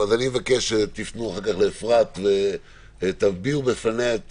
אני מבקש שתפנו אחר כך לאפרת ותביעו בפניה את